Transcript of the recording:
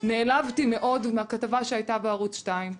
נעלבתי מאוד מהכתבה שהייתה בערוץ 2,